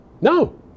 No